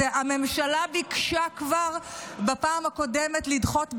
הממשלה ביקשה כבר בפעם הקודמת לדחות בחודש,